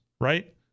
right